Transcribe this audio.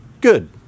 good